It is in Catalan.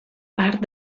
part